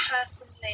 personally